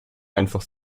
einfach